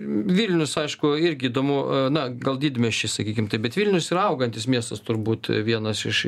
vilnius aišku irgi įdomu na gal didmiesčiai sakykim taip bet vilnius yra augantis miestas turbūt vienas iš